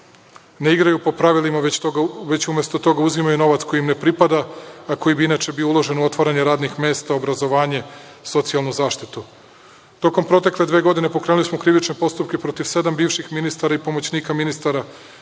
ne igraju po pravilima, već umesto toga uzimaju novac koji im ne pripada, a koji bi inače bio uložen u otvaranje radnih mesta, obrazovanje, socijalnu zaštitu. Tokom protekle dve godine pokrenuli smo krivične postupke protiv sedam bivših ministara i pomoćnika ministara,